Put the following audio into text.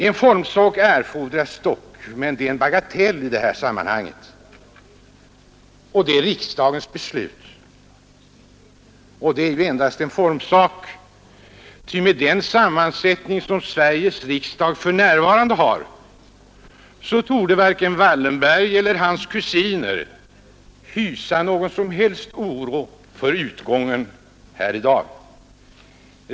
En formsak erfordras dock, men det är en bagatell i detta sammanhang, nämligen riksdagens beslut. Och det är endast en formsak, ty med den sammansättning som Sveriges riksdag för närvarande har torde varken Wallenberg eller hans kusiner hysa någon som helst oro för utgången här i dag.